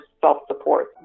self-support